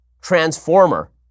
transformer